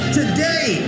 today